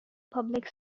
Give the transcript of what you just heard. public